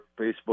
Facebook